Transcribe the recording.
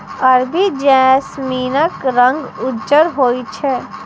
अरबी जैस्मीनक रंग उज्जर होइ छै